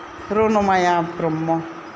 Ranmaya Brahma